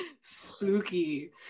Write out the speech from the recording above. Spooky